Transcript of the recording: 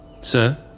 Sir